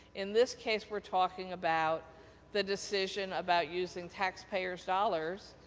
in this case, we're talking about the decision about using taxpayers' dollars,